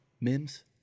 Mims